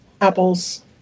Apples